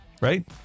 Right